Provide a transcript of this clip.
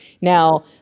Now